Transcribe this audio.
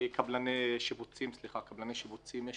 קבלני שיפוצים יש